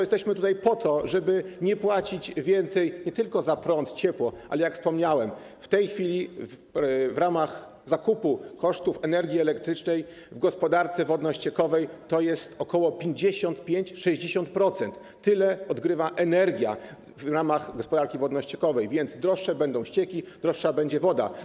Jesteśmy tutaj po to, żeby nie płacić więcej nie tylko za prąd, ciepło, ale jak wspomniałem, w tej chwili w ramach zakupu kosztów energii elektrycznej w gospodarce wodno-ściekowej, to jest ok. 55–60%, tyle odgrywa energia w ramach gospodarki wodno-ściekowej, więc droższe będą ścieki, droższa będzie woda.